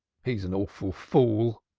he's an awful fool,